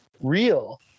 real